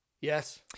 Yes